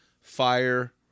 fire